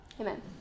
Amen